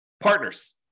Partners